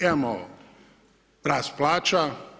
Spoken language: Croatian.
Imamo rast plaća.